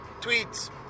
tweets